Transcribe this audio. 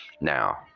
Now